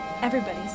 Everybody's